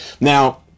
Now